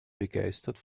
begeistert